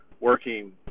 working